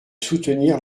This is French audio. soutenir